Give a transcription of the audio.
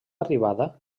arribada